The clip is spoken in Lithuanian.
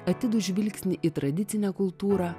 atidų žvilgsnį į tradicinę kultūrą